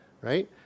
right